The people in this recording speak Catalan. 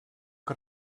que